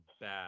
bad